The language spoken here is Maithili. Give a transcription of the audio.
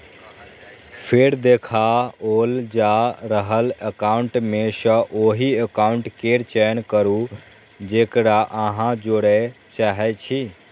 फेर देखाओल जा रहल एकाउंट मे सं ओहि एकाउंट केर चयन करू, जेकरा अहां जोड़य चाहै छी